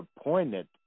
appointed